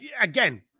again